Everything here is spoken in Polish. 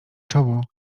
czoło